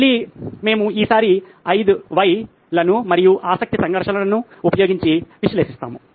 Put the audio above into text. మళ్ళీ మనము ఈసారి 5 వైస్ మరియు ఆసక్తి సంఘర్షణ ను ఉపయోగించి విశ్లేషిస్తాము